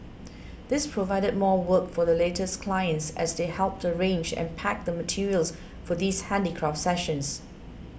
this provided more work for the latter's clients as they helped arrange and pack the materials for these handicraft sessions